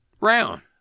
round